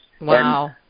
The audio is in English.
Wow